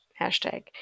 hashtag